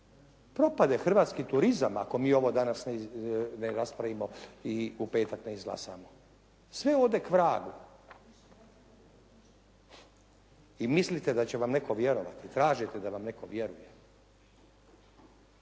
Propade hrvatski turizam ako mi danas ovo ne raspravimo i u petak ne izglasamo. Sve ode k vragu. I mislite da će vam netko vjerovati. Tražite da vam netko vjeruje.